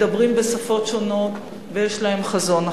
מדברים בשפות שונות ויש להם חזון אחר.